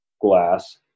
glass